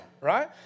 Right